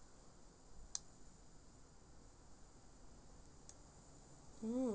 mm